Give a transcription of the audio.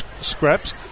scraps